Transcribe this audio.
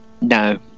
No